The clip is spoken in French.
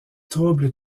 troubles